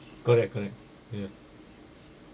correct correct ya